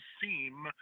seem